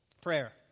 prayer